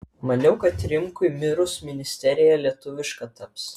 maniau kad rimkui mirus ministerija lietuviška taps